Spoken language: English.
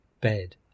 bed